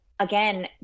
Again